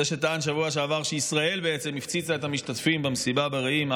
זה שטען בשבוע שעבר שישראל בעצם הפציצה את המשתתפים במסיבה ברעים,